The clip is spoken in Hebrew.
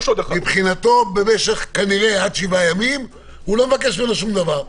במשך כנראה עד שבעה ימים הוא לא מבקש דבר נוסף.